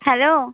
hello